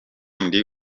ndi